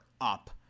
Up